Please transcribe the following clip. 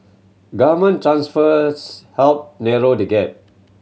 government transfers help narrow the gap